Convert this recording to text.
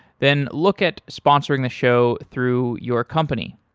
then look at sponsoring the show through your company.